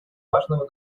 важного